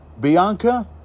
Bianca